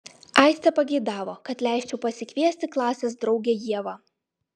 aistė pageidavo kad leisčiau pasikviesti klasės draugę ievą